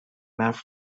برف